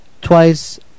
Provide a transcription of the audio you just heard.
twice